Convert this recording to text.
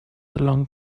along